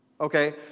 Okay